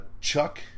Chuck